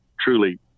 truly